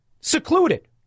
secluded